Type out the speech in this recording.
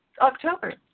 October